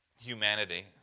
humanity